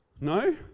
No